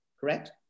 correct